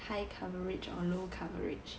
high coverage or low coverage